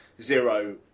Zero